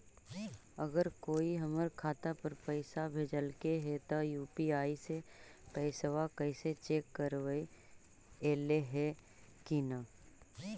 अगर कोइ हमर खाता पर पैसा भेजलके हे त यु.पी.आई से पैसबा कैसे चेक करबइ ऐले हे कि न?